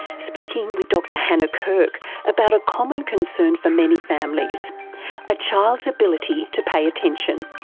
speaking with dr hannah kirk about a common concern for many families a child's ability to pay attention.